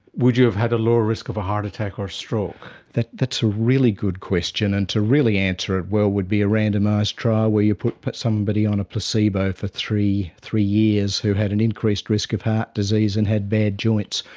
would you have had a lower risk of a heart attack or stroke? that's a really good question, and to really answer it well would be a randomised trial where you put put somebody on a placebo for three three years who had an increased risk of heart disease and had bad joints,